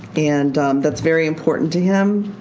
and that's very important to him.